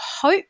hope